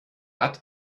hat